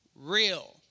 real